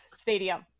stadium